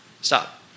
stop